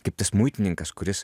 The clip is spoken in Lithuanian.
kaip tas muitininkas kuris